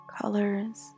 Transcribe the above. colors